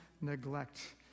neglect